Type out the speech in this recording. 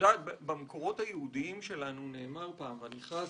במקורות היהודיים שלנו נאמר, ואני מצטט: